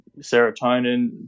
Serotonin